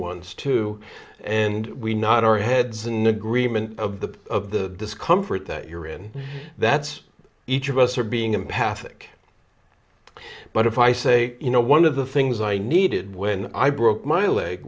once too and we not our heads in agreement of the of the discomfort that you're in that's each of us or being a pathic but if i say you know one of the things i needed when i broke my leg